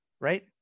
right